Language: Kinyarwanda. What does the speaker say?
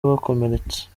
bakomeretse